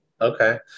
Okay